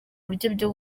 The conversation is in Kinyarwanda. buryo